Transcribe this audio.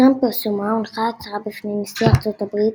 טרם פרסומה הונחה ההצהרה בפני נשיא ארצות הברית,